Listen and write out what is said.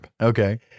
okay